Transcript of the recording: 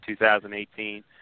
2018